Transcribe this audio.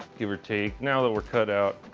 give or take. now they were cut out,